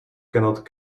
cannot